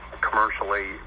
commercially